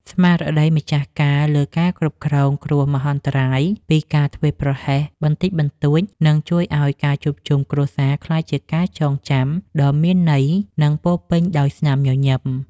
ស្មារតីម្ចាស់ការលើការគ្រប់គ្រងគ្រោះមហន្តរាយពីការធ្វេសប្រហែសបន្តិចបន្តួចនឹងជួយឱ្យការជួបជុំគ្រួសារក្លាយជាការចងចាំដ៏មានន័យ និងពោរពេញដោយស្នាមញញឹម។